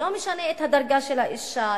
לא משנה הדרגה של האשה,